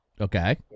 Okay